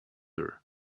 her